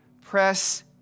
Press